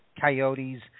Coyotes